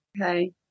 Okay